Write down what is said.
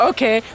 Okay